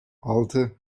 altı